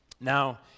Now